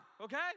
okay